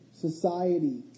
society